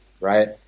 right